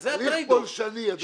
וזה הטרייד אוף,